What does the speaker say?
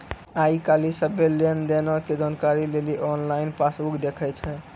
आइ काल्हि सभ्भे लेन देनो के जानकारी लेली आनलाइन पासबुक देखै छै